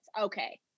okay